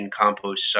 compost